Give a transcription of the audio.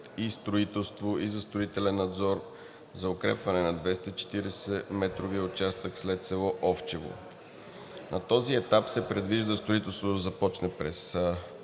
за строителство и за строителен надзор за укрепване на 240-метровия участък след село Овчево. На този етап се предвижда строителството да започне през